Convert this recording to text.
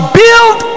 build